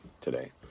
today